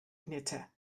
knitter